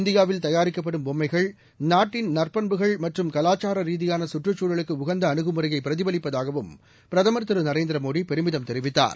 இந்தியாவில் தயாரிக்கப்படும் பொம்மைகள்இ நாட்டின் நற்பண்புகள் மற்றும் கலாச்சார ரீதியான சுற்றுச்சூழலுக்கு உகந்த அணுகுமுறையை பிரதிபலிப்பதாகவும் பிரதமர் திருநரேந்திரமோடி பெருமிதம் தெரிவித்தார்